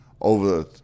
over